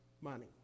money